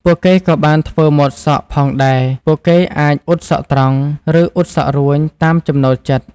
ពួកគេក៏បាន ធ្វើម៉ូតសក់ ផងដែរ។ ពួកគេអាច អ៊ុតសក់ត្រង់ ឬ អ៊ុតសក់រួញ តាមចំណូលចិត្ត។